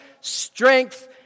strength